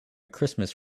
christmas